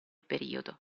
periodo